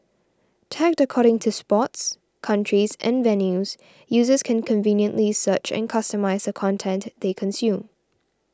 tagged according to sports countries and venues users can conveniently search and customise content they consume